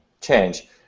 change